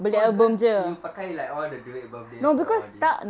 oh because you pakai like all the duit birthday for all this